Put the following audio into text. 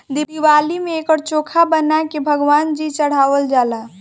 दिवाली में एकर चोखा बना के भगवान जी चढ़ावल जाला